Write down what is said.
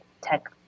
tech